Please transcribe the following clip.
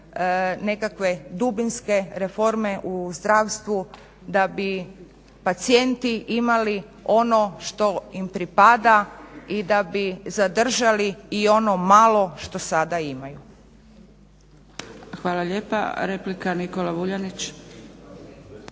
nekakve dubinske reforme u zdravstvu da bi pacijenti imali ono što im pripada i da bi zadržali i ono malo što sada imaju.